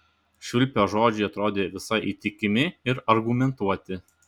švilpio žodžiai atrodė visai įtikimi ir argumentuoti